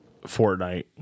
Fortnite